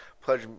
Pledge